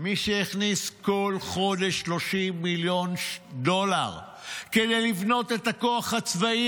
מי שהכניס כל חודש 30 מיליון דולר כדי לבנות את הכוח הצבאי